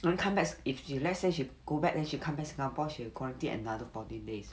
then come back if let's say she go back then she come back singapore she will quarantine another fourteen days